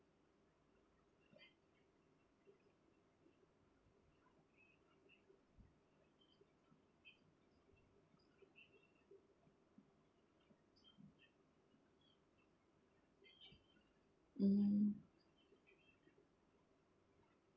mm